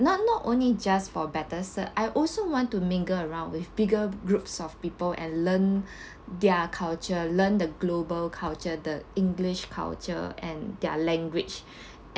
not not only just for better cert I also want to mingle around with bigger groups of people and learn their culture learn the global culture the english culture and their language